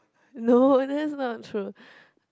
no that's not true